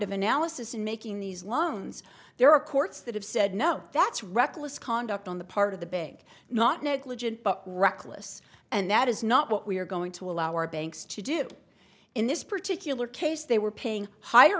of analysis in making these loans there are courts that have said no that's reckless conduct on the part of the big not negligent but reckless and that is not what we are going to allow our banks to do in this particular case they were paying higher